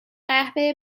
قهوه